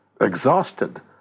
exhausted